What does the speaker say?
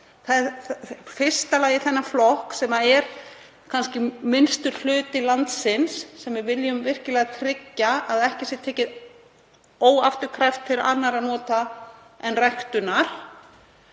þ.e. í fyrsta lagi þennan flokk, sem er kannski minnstur hluti landsins, sem við viljum virkilega tryggja að ekki sé tekið óafturkræft til annarra nota en ræktunar